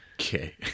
Okay